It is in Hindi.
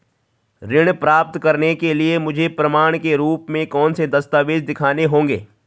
ऋण प्राप्त करने के लिए मुझे प्रमाण के रूप में कौन से दस्तावेज़ दिखाने होंगे?